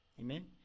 Amen